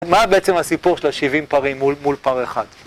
מה בעצם הסיפור של השבעים פרים מול פר אחד?